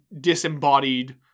disembodied